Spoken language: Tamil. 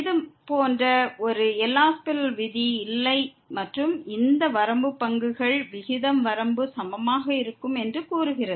இது போன்ற ஒரு எல் ஹாஸ்பிடல் விதி இல்லை மற்றும் இந்த வரம்பு பங்குகள் விகிதம் வரம்புக்கு சமமாக இருக்கும் என்று கூறுகிறது